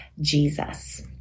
Jesus